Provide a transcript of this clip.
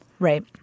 Right